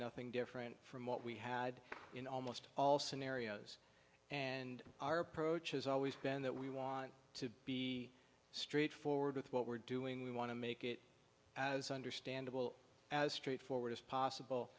nothing different from what we had in almost all scenarios and our approach has always been that we want to be straightforward with what we're doing we want to make it as understandable as straightforward as possible